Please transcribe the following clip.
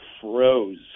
froze